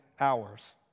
hours